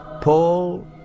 Paul